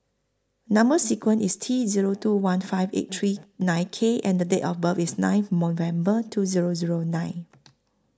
Number sequence IS T Zero two one five eight three nine K and Date of birth IS nine November two Zero Zero nine